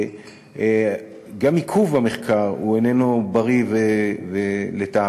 וגם עיכוב המחקר איננו בריא לטעמי,